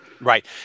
Right